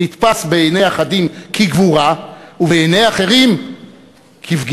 נתפס בעיני אחדים כגבורה ובעיני אחרים כבגידה?